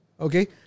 Okay